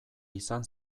izan